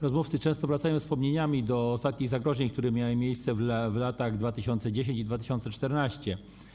Rozmówcy wracają wspomnieniami do ostatnich zagrożeń, jakie miały miejsce w latach 2010 i 2014.